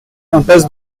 impasse